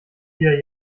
wieder